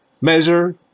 Measure